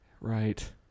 Right